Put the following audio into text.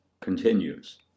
continues